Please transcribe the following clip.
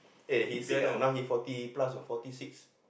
eh he sick ah now he fourty plus you know fourty six